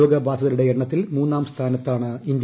രോഗബാധിതരുടെ എണ്ണത്തിൽ മൂന്നാം സ്ഥാനത്താണ് ഇന്ത്യ